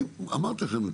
אמרתי לכם,